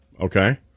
okay